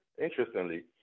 interestingly